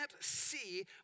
see